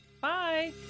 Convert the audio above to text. bye